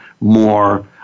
more